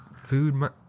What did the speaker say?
food